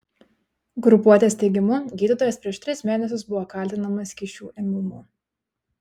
grupuotės teigimu gydytojas prieš tris mėnesius buvo kaltinamas kyšių ėmimu